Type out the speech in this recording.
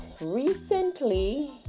recently